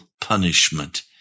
punishment